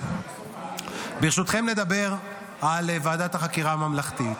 ברשותכם, נדבר על ועדת החקירה הממלכתית.